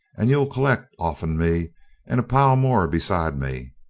and you collect off'n me and a pile more besides me.